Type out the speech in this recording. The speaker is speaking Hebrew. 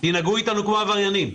תנהגו אתנו כמו עבריינים.